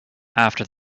after